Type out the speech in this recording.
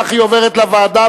כך היא עוברת לוועדה.